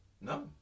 No